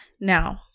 Now